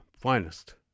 finest